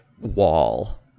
wall